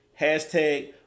Hashtag